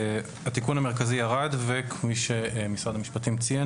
וכפי שמשרד המשפטים ציין